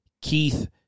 Keith